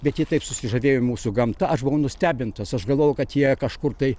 bet jie taip susižavėjo mūsų gamta aš buvau nustebintas aš galvojau kad jie kažkur tai